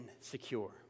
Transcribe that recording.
secure